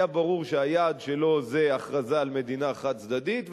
היה ברור שהיעד שלו זה הכרזה חד-צדדית על מדינה,